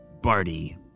Barty